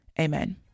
Amen